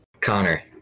Connor